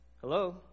Hello